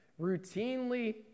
Routinely